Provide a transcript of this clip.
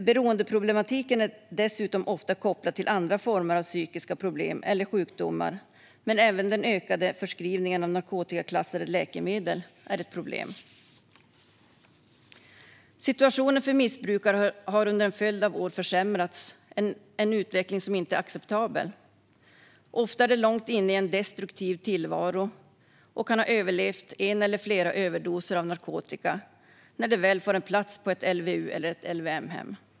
Beroendeproblematiken är dessutom ofta kopplad till andra former av psykiska problem eller sjukdomar, men även den ökade förskrivningen av narkotikaklassade läkemedel är ett problem. Situationen för missbrukare har under en följd av år försämrats, en utveckling som inte är acceptabel. Ofta är de långt inne i en destruktiv tillvaro och kan ha överlevt en eller flera överdoser av narkotika när de väl får en plats på ett LVU eller ett LVM-hem.